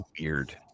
weird